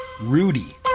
Rudy